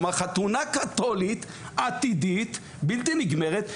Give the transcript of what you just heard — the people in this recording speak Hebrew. כלומר חתונה קתולית עתידית בלתי נגמרת,